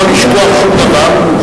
לא לשכוח שום דבר,